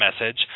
message